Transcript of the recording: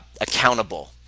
accountable